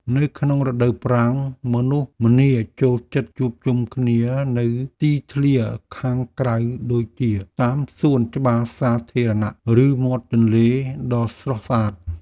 នៅក្នុងរដូវប្រាំងមនុស្សម្នាចូលចិត្តជួបជុំគ្នានៅទីធ្លាខាងក្រៅដូចជា តាមសួនច្បារសាធារណៈ ឬមាត់ទន្លេដ៏ស្រស់ស្អាត។